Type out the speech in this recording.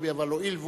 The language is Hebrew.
החליט.